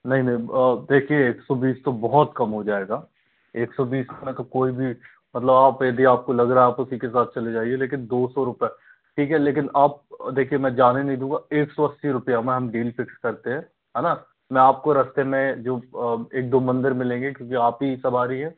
नहीं नहीं देखिए एक सौ बीस तो बहुत कम हो जाएगा एक सो बीस में तो कोई भी मतलब आप यदि आपको लग रहा है आपको किसी के साथ चले जाइए लेकिन दो सौ रुपए ठीक है लेकिन आप देखिए मैं जाने नहीं दूँगा एक सौ अस्सी रुपये मैम हम डील फिक्स करते हैं है ना मैं आपको रास्ते में जो एक दो मंदिर मिलेंगे क्योंकि आप ही सवारी है